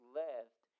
left